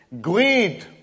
greed